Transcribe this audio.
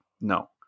no